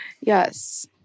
Yes